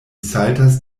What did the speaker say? saltas